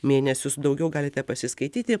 mėnesius daugiau galite pasiskaityti